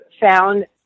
found